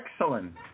excellent